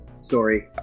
story